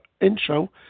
intro